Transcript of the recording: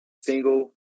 single